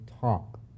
talk